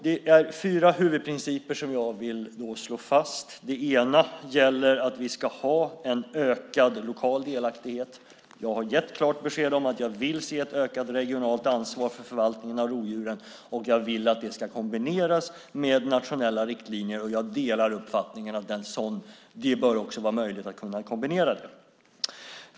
Det är fyra huvudprinciper som jag då vill slå fast. Det första gäller att vi ska ha en ökad lokal delaktighet. Jag har gett ett klart besked om att jag vill se ett ökat regionalt ansvar för förvaltningen av rovdjuren. Jag vill att det ska kombineras med nationella riktlinjer, och jag delar uppfattningen att det också bör vara möjligt att kombinera det.